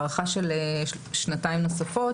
הארכה של שנתיים נוספות,